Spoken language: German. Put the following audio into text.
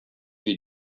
wir